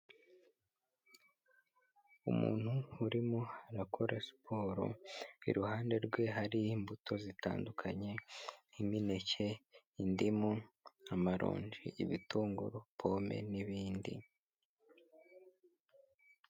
Umuntu urimo arakora siporo iruhande rwe hari imbuto zitandukanye: imineke, indimu, amarongi, ibitunguru, pome n'ibindi.